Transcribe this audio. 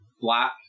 black